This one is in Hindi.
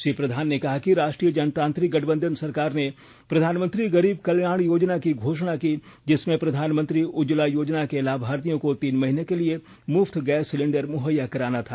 श्री प्रधान ने कहा कि राष्ट्रीय जनतांत्रिक गठबंधन सरकार ने प्रधानमंत्री गरीब कल्याण योजना की घोषणा की जिसमें प्रधानमंत्री उज्ज्वला योजना के लाभार्थियों को तीन महीने के लिए मुफ्त गैस सिलेंण्डर मुहैया कराना था